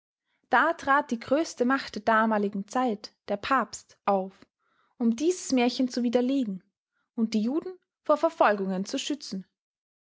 da trat die größte macht der damaligen zeit der papst auf um dieses märchen zu widerlegen und die juden vor verfolgungen zu schützen